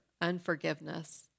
unforgiveness